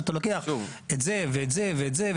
כשאתה לוקח את זה ואת זה ואת זה,